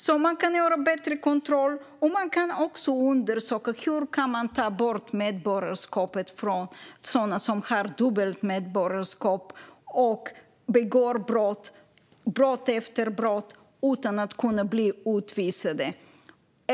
Man kan alltså ha bättre kontroller, och man kan också undersöka hur man kan dra in medborgarskapet för sådana som har dubbelt medborgarskap och begår brott efter brott utan att kunna bli utvisade.